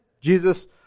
Jesus